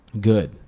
good